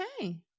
Okay